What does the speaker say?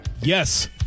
yes